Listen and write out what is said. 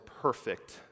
perfect